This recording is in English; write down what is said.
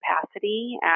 capacity